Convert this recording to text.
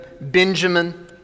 Benjamin